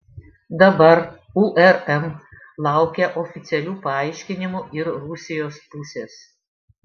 dabar urm laukia oficialių paaiškinimų ir rusijos pusės